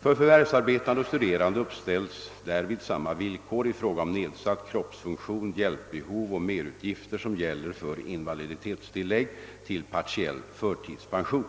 För förvärvsarbetande och studerande uppställs därvid samma villkor i fråga om nedsatt kroppsfunktion, hjälpbehov och merutgifter som gäller för invaliditetstillägg till partiell förtidspension.